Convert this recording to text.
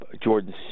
Jordan